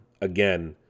again